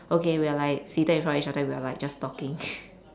okay we are like seated in front of each other and we're like just talking